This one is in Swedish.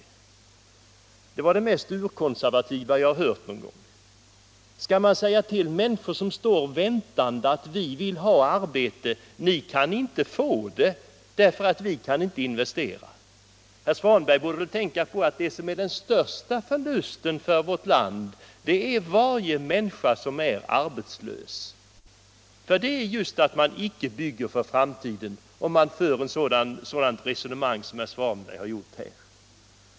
Ja, det var det mest urkonservativa jag har hört någon gång. Skall man säga till människor som står väntande och vill ha arbete att de inte kan få det, för vi kan inte investera? Herr Svanberg borde väl tänka på att den största förlusten för vårt land är varje människa som är arbetslös. Att föra ett sådant resonemang som herr Svanberg här fört är just att inte bygga för framtiden.